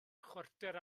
chwarter